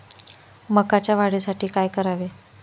मकाच्या वाढीसाठी काय करावे?